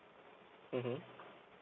mmhmm